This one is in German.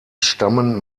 stammen